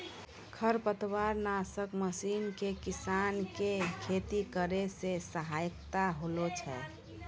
खरपतवार नासक मशीन से किसान के खेती करै मे सहायता होलै छै